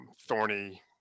thorny